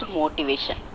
motivation